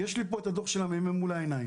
יש לי פה את הדוח של הממ"מ מול העיניים.